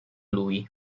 lui